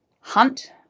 hunt